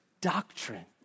doctrine